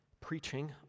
preaching